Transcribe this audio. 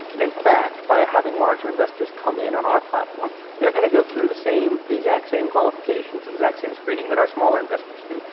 and in fact, by having larger investors come in on our platform, they're going to go through the same the exact same qualifications, the exact same screening that our smaller investors do.